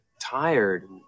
tired